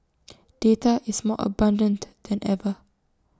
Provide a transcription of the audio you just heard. data is more abundant than ever